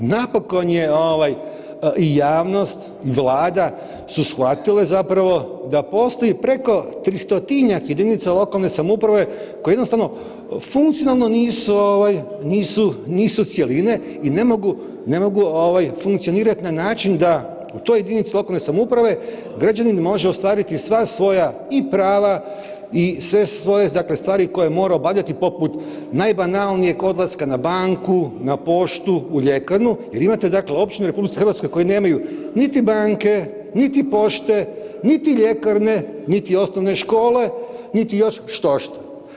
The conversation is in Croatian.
Napokon je i javnost i Vlada su shvatile zapravo da postoji preko 300-tinjak jedinice lokalne samouprave koje jednostavno funkcionalno nisu cjeline i ne mogu funkcionirati na način da u toj jedinici lokalne samouprave građanin može ostvariti i prava i sve svoje dakle stvari koje mora obavljati, poput, najbanalnije odlaska na banku, na poštu, u ljekarnu jer imate dakle, općine u RH koje nemaju niti banke, niti pošte niti ljekarne niti osnovne škole niti još štošta.